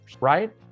right